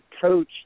coach